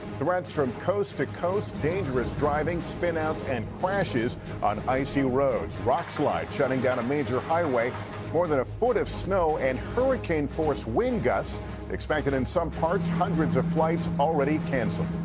threats from coast-to-coast dangerous driving, spinouts and crashes on icy roads rock slides shutting down a major highway more than a foot of snow and hurricane-force wind gusts expected in some parts. hundreds of flights already canceled.